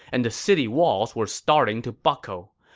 and the city walls were starting to buckle.